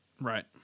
Right